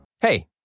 Hey